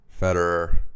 Federer